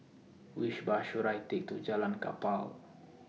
Which Bus should I Take to Jalan Kapal